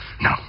No